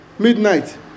midnight